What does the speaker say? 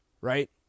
right